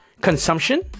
consumption